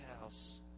house